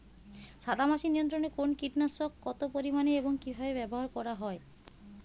সাদামাছি নিয়ন্ত্রণে কোন কীটনাশক কত পরিমাণে এবং কীভাবে ব্যবহার করা হয়?